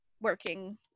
working